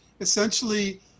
essentially